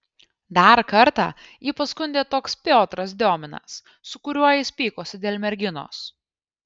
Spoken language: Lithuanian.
dar kartą jį paskundė toks piotras diominas su kuriuo jis pykosi dėl merginos